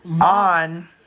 On